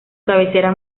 cabecera